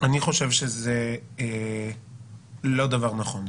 שזה לא דבר נכון.